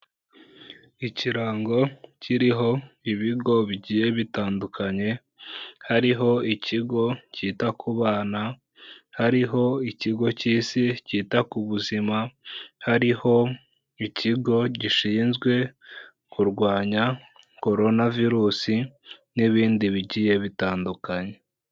Ikirango kiriho ibigo bigiye bitandukanye, hariho ikigo cyita ku bana, hariho ikigo cy'isi cyita ku buzima, hariho ikigo gishinzwe kurwanya korona virusi n'ibindi bigiye bitandukanye.